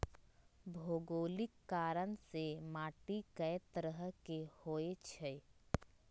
भोगोलिक कारण से माटी कए तरह के होई छई